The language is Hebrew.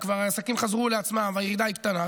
והעסקים בה כבר חזרו לעצמם והירידה היא קטנה,